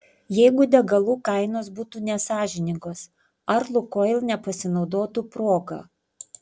jeigu degalų kainos būtų nesąžiningos ar lukoil nepasinaudotų proga